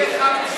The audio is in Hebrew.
אין לך מושג,